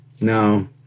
No